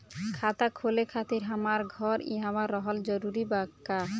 खाता खोले खातिर हमार घर इहवा रहल जरूरी बा का?